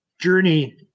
journey